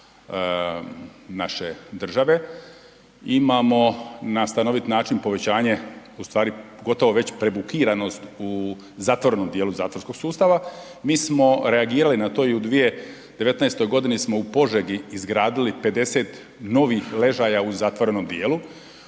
naše države. Imamo na stanovit način povećanje, ustvari gotovo već prebukiranost u zatvorenom dijelu zatvorskog sustava. Mi smo reagirali na to i 2019. g. smo u Požegi izgradili 50 novih ležaja u zatvorenom dijelu.